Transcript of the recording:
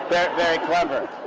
but very clever.